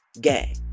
gay